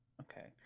Okay